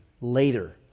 later